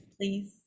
please